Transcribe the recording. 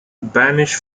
banish